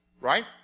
right